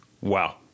Wow